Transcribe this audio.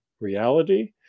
reality